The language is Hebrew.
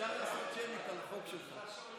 אפשר לעשות שמית על החוק שלך.